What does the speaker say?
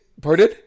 Pardon